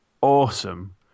awesome